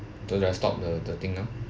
so do I stop the the thing now